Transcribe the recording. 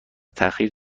تاخیر